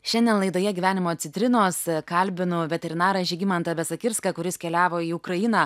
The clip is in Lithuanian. šiandien laidoje gyvenimo citrinos kalbinu veterinarą žygimantą besakirską kuris keliavo į ukrainą